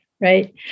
Right